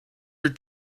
your